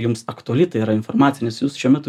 jums aktuali tai yra informacija nes jūs šiuo metu